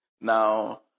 Now